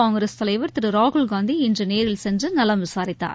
காங்கிரஸ் தலைவர் திரு ராகுல்காந்தி இன்று நேரில் சென்று நலம் விசாரித்தார்